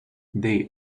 they